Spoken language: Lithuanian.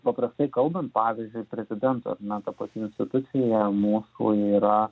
paprastai kalbant pavyzdžiui prezidento na ta pati institucija mūsų yra